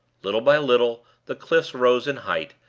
little by little the cliffs rose in height,